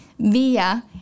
via